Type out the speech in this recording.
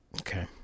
Okay